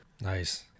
Nice